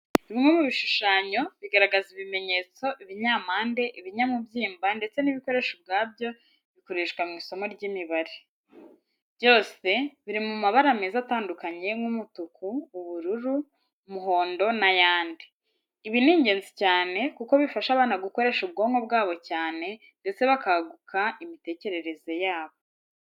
Bimwe mu bishushanyo bigaragaza ibimenyetso, ibinyampande, ibinyamubyimba ndetse n'ibikoresho ubwabyo bikoreshwa mu isomo ry'imibare. Byose biri mu mabara meza atandukanye nk'umutuku, ubururu, umuhondo n'ayandi. Ibi ni ingenzi cyane kuko bifasha abana gukoresha ubwonko bwabo cyane ndetse bakaguka imitekerereze yabo.